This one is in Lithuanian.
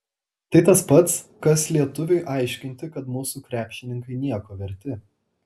tai tas pats kas lietuviui aiškinti kad mūsų krepšininkai nieko verti